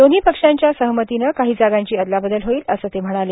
दोन्ही पक्षांच्या सहमतीनं काही जागांची अदलाबदल होईल असं ते म्हणाले